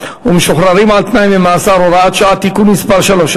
ומשוחררים על-תנאי ממאסר (הוראת שעה) (תיקון מס' 3),